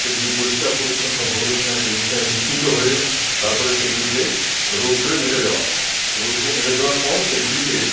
সেগুলি পরিস্কার পরিছন্ন হল কিনা সেই বিষয়ে নিশ্চিত হয়ে তারপরে সেগুলিকে রৌদ্রে মেলে দেওয়া হয় রৌদ্রে মেলে দেওয়ার পর সেগুলিকে